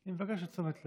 היא מבקשת תשומת לב.